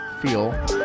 Feel